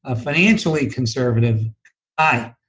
ah financially conservative high.